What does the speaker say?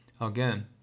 Again